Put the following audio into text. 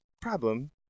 problem